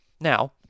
Now